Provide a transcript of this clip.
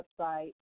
website